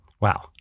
Wow